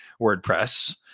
WordPress